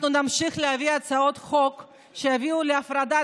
אנחנו נמשיך להביא הצעות חוק שיביאו להפרדת